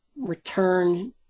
return